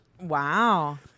Wow